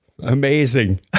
Amazing